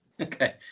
Okay